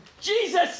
Jesus